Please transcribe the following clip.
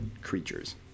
creatures